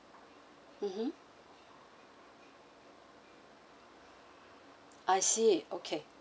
mmhmm I see okay